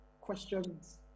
questions